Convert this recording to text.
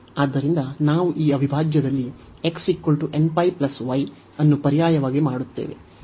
ಆದ್ದರಿಂದ ನಾವು ಈ ಅವಿಭಾಜ್ಯದಲ್ಲಿ x nπ y ಅನ್ನು ಇದನ್ನು ಬದಲಿಸುವ ಮೂಲಕ ಪರ್ಯಾಯವಾಗಿ ಮಾಡುತ್ತೇವೆ